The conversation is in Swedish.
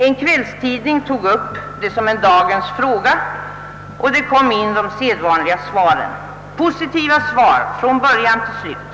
En kvällstidning tog upp detta som en dagens fråga, och man fick in de sedvanliga svaren, positiva från början till slut.